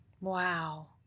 Wow